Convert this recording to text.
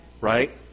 Right